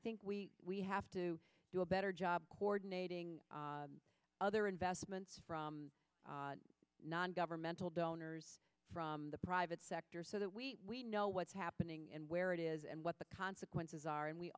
think we have to do a better job coordinating other investment non governmental donors from the private sector so that we know what's happening and where it is and what the consequences are and we